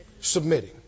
Submitting